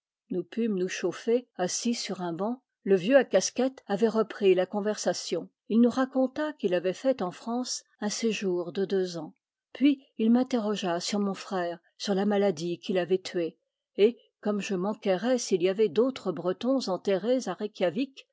nous pûmes nous chauffer assis sur un banc le vieux à casquette avait repris la conversation il nous raconta qu'il avait fait en france un séjour de deux ans puis il m'interrogea sur mon frère sur la maladie qui l'avait tué et comme je m'enquérais s'il y avait d'autre bretons enterrés à reikiavik